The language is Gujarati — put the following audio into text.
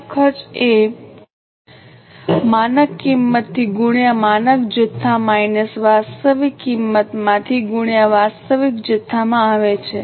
માનક ખર્ચ એ માનક કિંમત થી ગુણ્યા માનક જથ્થા માઇનસ વાસ્તવિક કિંમતમાં થી ગુણ્યા વાસ્તવિક જથ્થામાં આવે છે